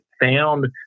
found